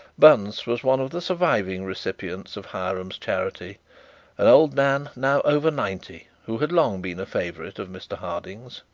bunce was one of the surviving recipients of hiram's charity and old man, now over ninety, who had long been a favourite of mr harding's.